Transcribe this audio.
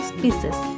pieces